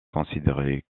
considérée